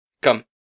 Come